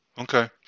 Okay